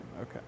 Okay